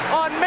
on